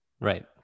Right